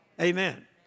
Amen